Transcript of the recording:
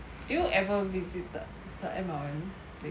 do you ever visited a M_L_M place